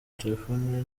telefoni